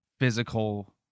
Physical